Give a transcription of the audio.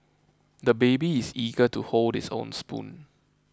the baby is eager to hold his own spoon